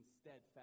steadfast